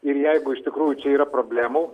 ir jeigu iš tikrųjų čia yra problemų